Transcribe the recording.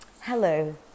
Hello